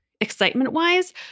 excitement-wise